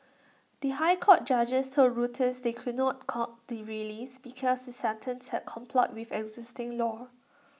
the High Court judges told Reuters they could not cot the release because his sentence had complied with existing law